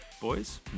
Boys